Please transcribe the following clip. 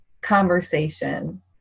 conversation